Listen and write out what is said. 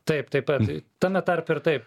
taip taip pat tame tarpe ir taip